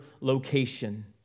location